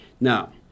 Now